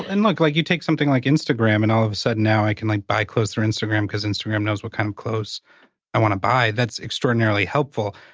and look, like you take something like instagram and all of a sudden now i can, like, buy clothes through instagram cause instagram knows what kind of clothes i wanna buy, that's extraordinarily helpful.